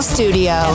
Studio